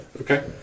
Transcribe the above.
okay